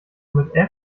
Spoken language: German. mit